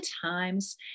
times